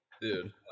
dude